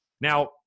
Now